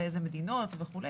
באיזה מדינות וכו',